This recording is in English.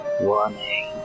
warning